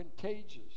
contagious